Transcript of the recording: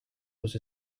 was